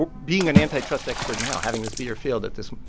and being an antitrust expert now, having this be your field at this.